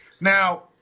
Now